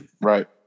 right